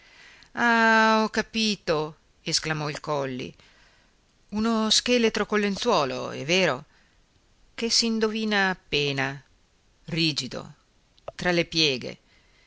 ah ho capito esclamò il colli uno scheletro col lenzuolo è vero che s'indovina appena rigido tra le pieghe